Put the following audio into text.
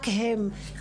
האם רק עובדים סוציאליים,